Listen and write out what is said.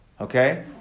Okay